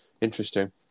interesting